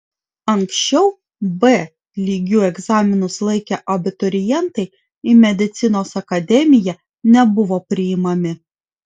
anksčiau b lygiu egzaminus laikę abiturientai į medicinos akademiją nebuvo priimami